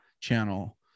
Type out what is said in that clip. channel